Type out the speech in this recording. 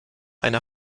einer